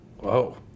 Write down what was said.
Whoa